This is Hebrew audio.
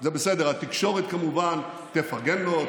זה בסדר התקשורת כמובן תפרגן לו,